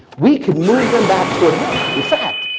we can move them back toward health. in fact,